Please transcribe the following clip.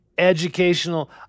educational